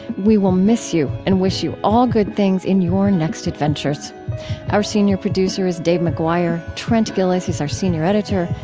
we will miss you and wish you all good things in your next adventures our senior producer is dave mcguire. trent gilliss is our senior editor.